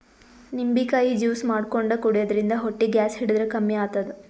ನಿಂಬಿಕಾಯಿ ಜ್ಯೂಸ್ ಮಾಡ್ಕೊಂಡ್ ಕುಡ್ಯದ್ರಿನ್ದ ಹೊಟ್ಟಿ ಗ್ಯಾಸ್ ಹಿಡದ್ರ್ ಕಮ್ಮಿ ಆತದ್